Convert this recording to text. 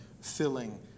filling